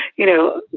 you know,